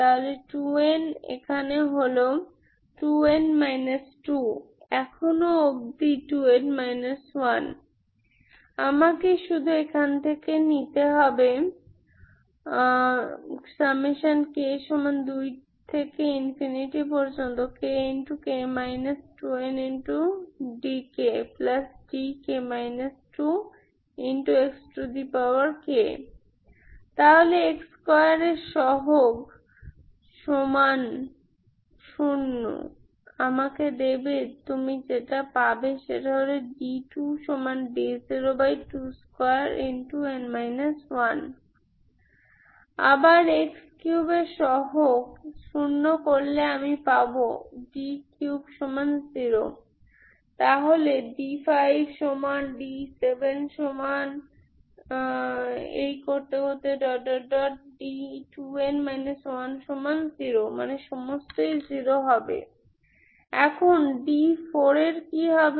তাহলে 2n এখানে হল 2n 2 এখন এখনও অবধি 2n 1 আমাকে শুধু এখান থেকে নিতে k2kk 2ndkdk 2xk তাহলে x2 এর সহগ সমান শূন্য আমাকে দেবে তুমি যেটা পাবে d2d022n 1 আবার x3 এর সহগ 0 করলে আমি পাব d30 ⇒ d5d7d2n 10 এখন d4 এর কি হবে